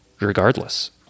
regardless